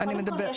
קודם כל,